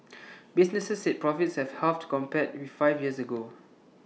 businesses said profits have halved compared with five years ago